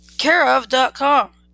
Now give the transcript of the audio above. Careof.com